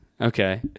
okay